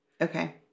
Okay